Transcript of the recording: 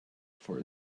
for